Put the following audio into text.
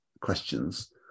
questions